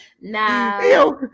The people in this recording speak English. Nah